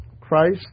Christ